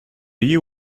you